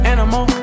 Animal